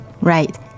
Right